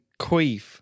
queef